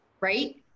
right